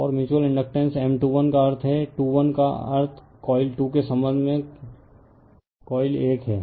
और mutual inductance M 2 1 का अर्थ है 2 1 का अर्थ कॉइल 2 के संबंध में कॉइल 1 है